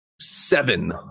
Seven